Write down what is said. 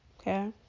Okay